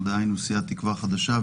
דהיינו סיעת תקווה חדשה,